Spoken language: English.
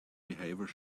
behaviour